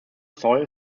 soil